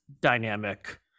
dynamic